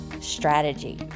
strategy